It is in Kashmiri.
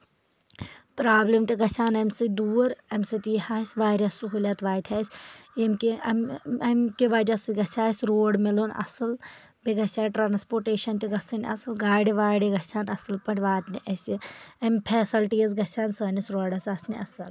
پرٛاوبٔلِم تہِ گژھَن اَمہِ سۭتۍ دوٗر اَمہِ سۭتۍ یی ہا اَسہِ واریاہ سہوٗلیت واتہِ ہا اَسہِ ییٚمہِ کہِ امہِ کہِ وجہ سۭتۍ گژھِ ہا اَسہِ روڈ مِلُن اَصٕل بیٚیہِ گژھِ ہا ٹرانسپوٹیٚشن تہِ گژھنۍ اَصٕل گاڈِ واڈِ گژھِ ہان اَصٕل پٲٹھۍ واتنہِ اَسہِ امہِ فیسلٹیٖز گژھِ ہان سٲنِس روڈَس آسنہِ اَصٕل